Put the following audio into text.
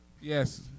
Yes